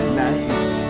night